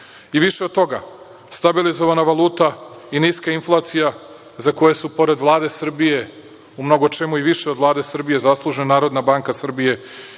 više od toga stabilizovana valuta i niska inflacija za koje su pored Vlade Srbije u mnogo čemu i više od Vlade Srbije zaslužna Narodna banka Srbije